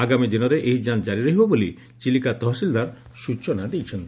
ଆଗାମୀ ଦିନରେ ଏହି ଯାଞ୍ କାରି ରହିବ ବୋଲି ଚିଲିକା ତହସିଲ୍ଦାର ସୂଚନା ଦେଇଛନ୍ତି